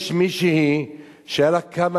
רק קצת תהיו